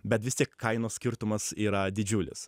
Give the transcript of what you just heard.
bet vis tiek kainos skirtumas yra didžiulis